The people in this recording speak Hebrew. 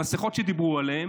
המסכות שדיברו עליהן,